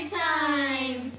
time